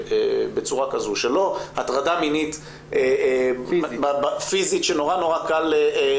לא הטרדה מינית פיזית שנורא קל להגדיר